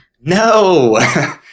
No